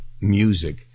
music